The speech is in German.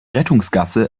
rettungsgasse